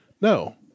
No